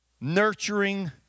Nurturing